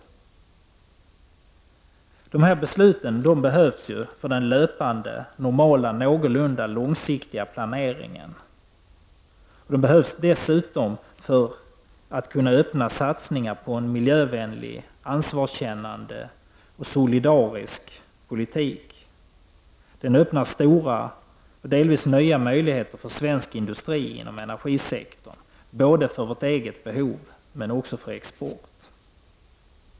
125 Förutom att beslut om energipolitiken behövs för den löpande någorlunda långsiktiga planeringen öppnar satsningar på en miljövänlig, ansvarskännande och solidarisk energipolitik stora och delvis nya möjligheter för svensk industri inom energisektorn för våra egna behov men också för export.